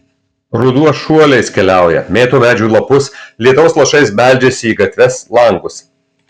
ruduo šuoliais keliauja mėto medžių lapus lietaus lašais beldžiasi į gatves langus